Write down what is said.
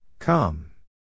Come